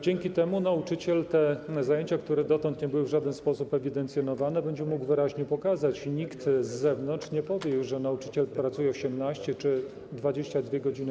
Dzięki temu nauczyciel te zajęcia, które dotąd nie były w żaden sposób ewidencjonowane, będzie mógł wyraźnie wskazać i nikt z zewnątrz już nie powie, że nauczyciel pracuje 18 godzin czy 22 godziny.